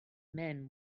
men